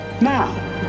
Now